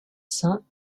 saints